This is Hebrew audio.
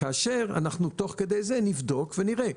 כאשר אנחנו תוך כדי זה נבדוק ונראה,